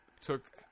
Took